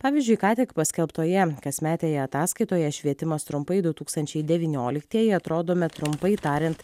pavyzdžiui ką tik paskelbtoje kasmetėje ataskaitoje švietimas trumpai du tūkstančiai devynioliktieji atrodome trumpai tariant